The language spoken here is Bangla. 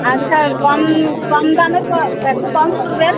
আচ্ছা কম কম দামের ক একটু কম করবেন